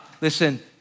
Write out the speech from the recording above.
listen